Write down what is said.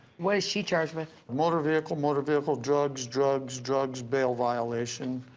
what is she charged with motor vehicle, motor vehicle, drugs, drugs, drugs, bail violation.